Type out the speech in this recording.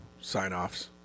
sign-offs